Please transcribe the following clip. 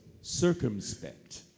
circumspect